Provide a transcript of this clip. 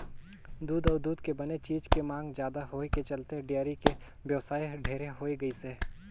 दूद अउ दूद के बने चीज के मांग जादा होए के चलते डेयरी के बेवसाय ढेरे होय गइसे